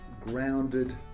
grounded